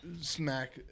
smack